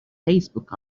facebook